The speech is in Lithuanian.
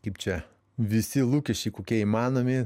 kaip čia visi lūkesčiai kokie įmanomi